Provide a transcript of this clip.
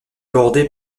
bordée